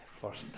first